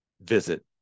visit